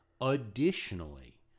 Additionally